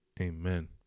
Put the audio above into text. Amen